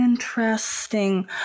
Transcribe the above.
Interesting